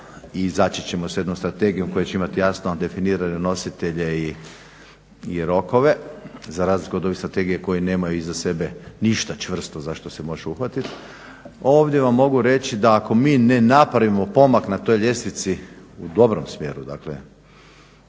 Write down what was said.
i izaći ćemo sa jednom strategijom koja će imati jasno definirane nositelje i rokove za razliku od ove strategije koje nemaju iza sebe ništa čvrsto za što se može uhvatiti, ovdje vam mogu reći da ako mi ne napravimo pomak na toj ljestvici u dobrom smjeru dakle